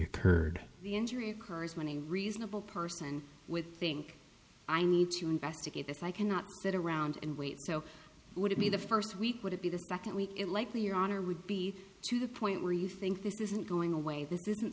occurred the injury occurs when a reasonable person with think i need to investigate this i cannot sit around and wait so would it be the first week would it be the second week it likely your honor would be to the point where you think this isn't going away this is